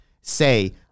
say